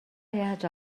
яаж